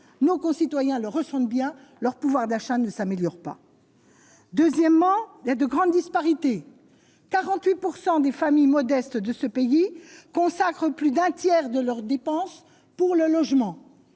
nos concitoyens le ressentent bien leur pouvoir d'achat ne s'améliore pas, deuxièmement, il y a de grandes disparités 48 pourcent des familles modestes de ce pays consacrent plus d'un tiers de leurs dépenses pour le logement